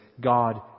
God